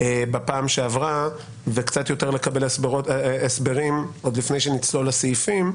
בפעם שעברה וקצת יותר לקבל הסברים עוד לפני שנצלול לסעיפים,